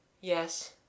Yes